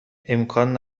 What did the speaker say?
امکان